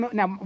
Now